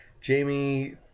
Jamie